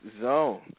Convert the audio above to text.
zone